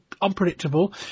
unpredictable